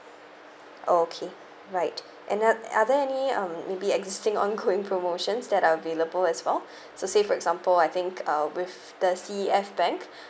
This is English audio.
oh okay right and uh are there other any um maybe existing ongoing promotions that are available as well so say for example I think uh with the C E F bank